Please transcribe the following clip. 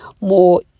more